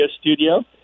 studio